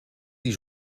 die